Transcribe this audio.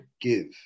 give